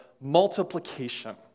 multiplication